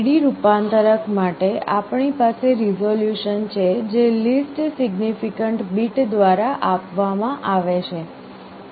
AD રૂપાંતરક માટે પણ આપણી પાસે રિઝોલ્યુશન છે જે લિસ્ટ સિગ્નિફિકન્ટ બીટ દ્વારા આપવામાં આવે છે